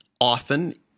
often